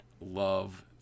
love